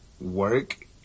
work